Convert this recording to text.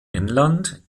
england